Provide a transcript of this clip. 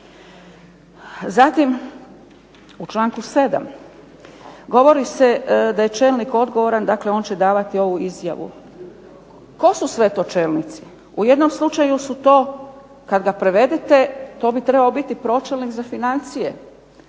Zatim, u članku 7. govori se da je čelnik odgovoran dakle on će davati ovu izjavu. Tko su sve to čelnici? U jednom slučaju su to kad ga prevedete, to bi trebao biti pročelnik za financije